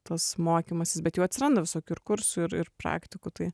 tas mokymasis bet jau atsiranda visokių ir kursų ir ir praktikų tai